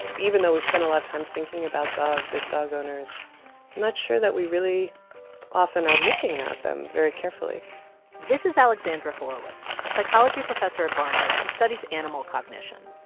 even though we spend a lot of time thinking about dogs as dog owners, i'm not sure that we really often are looking at them very carefully this is alexandra horowitz, a psychology professor at barnard who studies animal cognition.